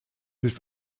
ist